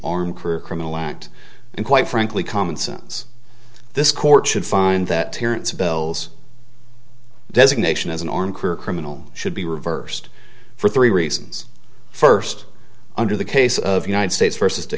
arm career criminal act and quite frankly common sense this court should find that terence bell's designation as an armed career criminal should be reversed for three reasons first under the case of united states versus